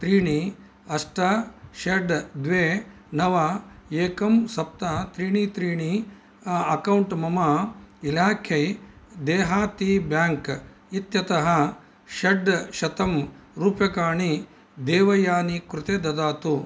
त्रीणि अष्ट षड् द्वे नव एकं सप्त त्रीणि त्रीणि अकौण्ट् मम इलाकै देहाती बैङ्क् इत्यतः षड्शतम् रूप्यकाणि देवयानी कृते ददातु